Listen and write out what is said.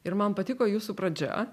ir man patiko jūsų pradžia